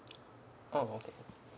oh okay